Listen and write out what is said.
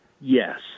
Yes